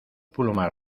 plumas